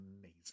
amazing